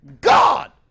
God